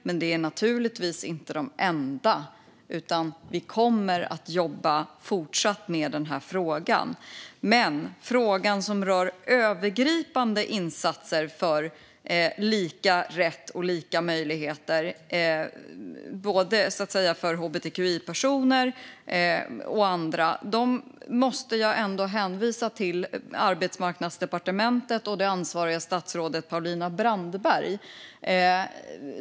Men det är naturligtvis inte de enda satsningarna, utan vi kommer fortsatt att jobba med denna fråga. Frågan som rör övergripande insatser för lika rätt och möjligheter för både hbtqi-personer och andra måste jag dock ändå hänvisa till Arbetsmarknadsdepartementet och det ansvariga statsrådet Paulina Brandberg.